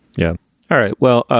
yeah all right. well,